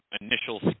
initial